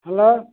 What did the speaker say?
hello